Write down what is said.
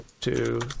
two